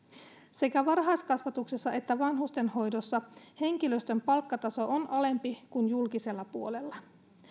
sekä varhaiskasvatuksessa että vanhustenhoidossa henkilöstön palkkataso on alempi kuin julkisella puolella